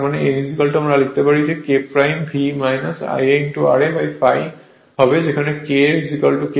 তার মানে n আমরা লিখতে পারি K V Ia ra ∅ যেখানে K 1 K হয়